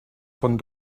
von